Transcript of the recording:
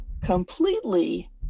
completely